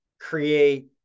create